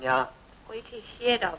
yeah yeah